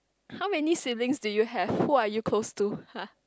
how many siblings do you have who are you close to !huh!